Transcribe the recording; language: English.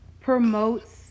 promotes